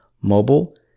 mobile